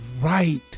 right